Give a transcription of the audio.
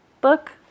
book